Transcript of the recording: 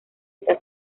está